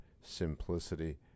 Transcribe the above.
simplicity